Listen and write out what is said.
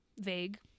vague